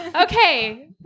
Okay